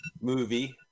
movie